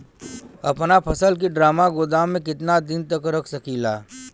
अपना फसल की ड्रामा गोदाम में कितना दिन तक रख सकीला?